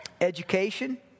education